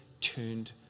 turned